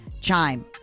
Chime